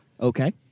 Okay